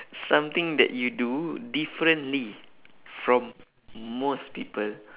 something that you do differently from most people